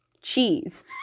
cheese